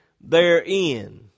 therein